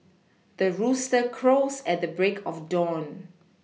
the rooster crows at the break of dawn